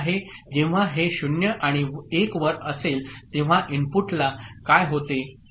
जेव्हा हे 0 आणि 1 वर असेल तेव्हा इनपुटला काय होते ठीक आहे